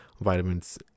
vitamins